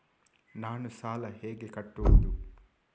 ನಾನು ಸಾಲ ಹೇಗೆ ಕಟ್ಟುವುದು?